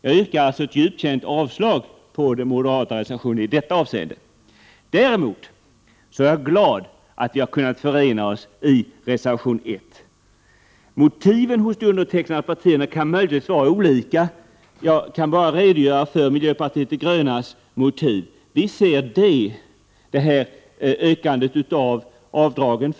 Jag yrkar alltså ett djupt känt avslag på den moderata reservationen i detta avseende. Däremot är jag glad över att vi har kunnat förena oss i reservation 1. Motiven hos de partier som står bakom reservationen kan möjligtvis vara olika. Jag kan bara redogöra för miljöpartiets de gröna motiv. Vi ser ökningen av avdraget med 40 000 kr.